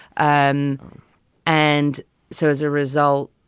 um and so as a result.